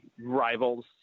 rivals